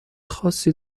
خاصی